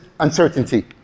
uncertainty